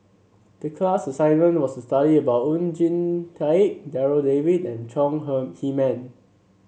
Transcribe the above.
the class assignment was to study about Oon Jin Teik Darryl David and Chong Heman